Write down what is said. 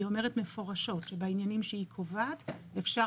היא אומרת מפורשות שבעניינים שהיא קובעת אפשר